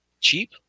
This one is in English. cheap